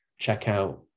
checkout